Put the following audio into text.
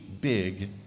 big